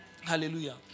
hallelujah